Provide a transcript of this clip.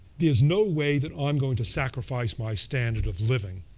there's no way that i'm going to sacrifice my standard of living,